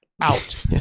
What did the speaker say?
out